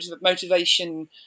motivation